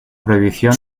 prohibición